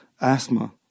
Asthma